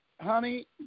honey